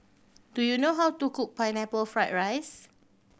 do you know how to cook Pineapple Fried rice